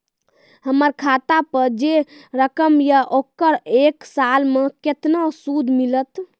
हमर खाता पे जे रकम या ओकर एक साल मे केतना सूद मिलत?